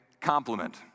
Compliment